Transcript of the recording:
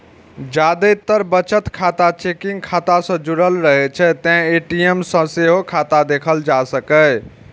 जादेतर बचत खाता चेकिंग खाता सं जुड़ रहै छै, तें ए.टी.एम सं सेहो खाता देखल जा सकैए